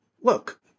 look